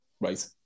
Right